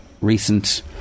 recent